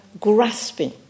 grasping